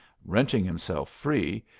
wrenching himself free,